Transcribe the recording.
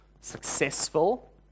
successful